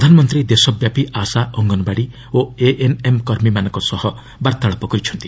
ପ୍ରଧାନମନ୍ତ୍ରୀ ଦେଶ ବ୍ୟାପୀ ଆଶା ଅଙ୍ଗନବାଡି ଓ ଏଏନ୍ଏମ୍ କର୍ମୀମାନଙ୍କ ସହ ବାର୍ତ୍ତାଳାପ କରିଛନ୍ତି